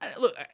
Look